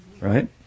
right